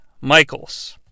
Michaels